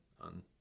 on